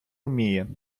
вміє